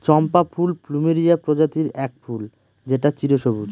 চম্পা ফুল প্লুমেরিয়া প্রজাতির এক ফুল যেটা চিরসবুজ